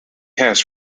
has